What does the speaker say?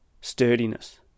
sturdiness